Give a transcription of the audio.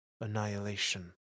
annihilation